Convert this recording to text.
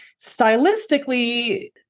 stylistically